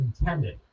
intended